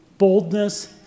boldness